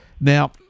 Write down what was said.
Now